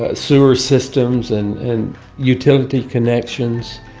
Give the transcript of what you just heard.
ah sewer systems and and utility connections,